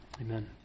Amen